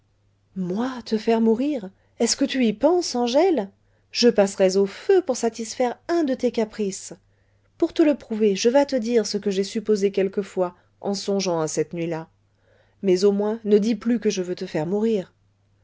moi te faire mourir est-ce que tu y penses angèle je passerais au feu pour satisfaire un de tes caprices pour te le prouver je vas te dire ce que j'ai supposé quelquefois en songeant à cette nuit-là mais au moins ne dis plus que je veux te faire mourir